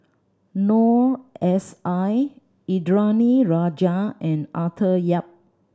Noor S I Indranee Rajah and Arthur Yap